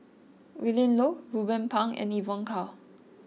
Willin Low Ruben Pang and Evon Kow